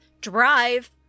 drive